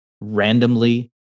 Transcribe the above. randomly